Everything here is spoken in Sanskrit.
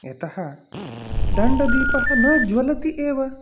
यतः दण्डदीपः न ज्वलति एव